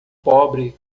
pobre